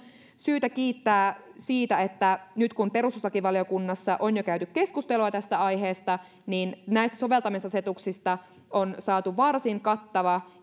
syytä kiittää siitä että nyt kun perustuslakivaliokunnassa on jo käyty keskustelua tästä aiheesta niin näistä soveltamisasetuksista on saatu varsin kattava